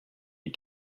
you